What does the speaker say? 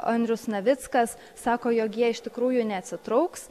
andrius navickas sako jog jie iš tikrųjų neatsitrauks